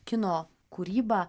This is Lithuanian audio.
kino kūrybą